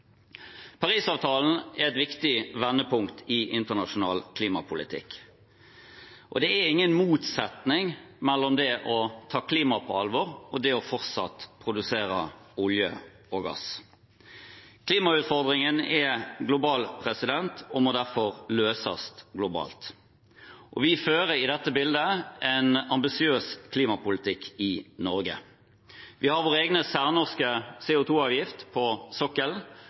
Parisavtalen er et viktig vendepunkt i internasjonal klimapolitikk, og det er ingen motsetning mellom det å ta klima på alvor og fortsatt å produsere olje og gass. Klimautfordringen er global og må derfor løses globalt, og vi fører i dette bildet en ambisiøs klimapolitikk i Norge. Vi har vår egen, særnorske CO 2 -avgift på sokkelen,